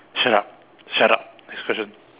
shut up shut up next question